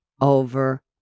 over